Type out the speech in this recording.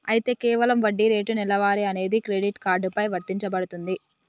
అయితే కేవలం వడ్డీ రేటు నెలవారీ అనేది క్రెడిట్ కార్డు పై వర్తించబడుతుంది